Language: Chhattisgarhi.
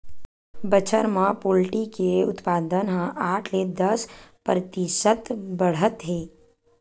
बछर म पोल्टी के उत्पादन ह आठ ले दस परतिसत बाड़हत हे